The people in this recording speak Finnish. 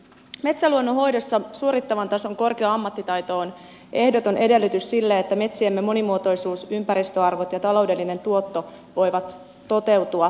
metsäluonnonhoidossa suorittavan tason korkea ammattitaito on ehdoton edellytys sille että metsiemme monimuotoisuus ympäristöarvot ja taloudellinen tuotto voivat toteutua